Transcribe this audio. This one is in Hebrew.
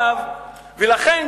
אבל עד